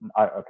okay